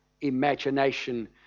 imagination